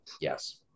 yes